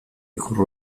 ikur